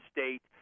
State